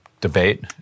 Debate